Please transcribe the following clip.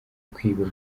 kwiba